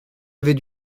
avait